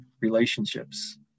relationships